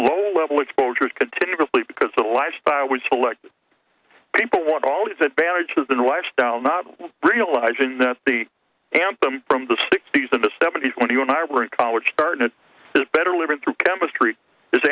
lowlevel exposures continuously because the lifestyle would select people want all these advantages than lifestyle not realizing that the camp them from the sixty's in the seventy's when you and i were in college started it better living through chemistry is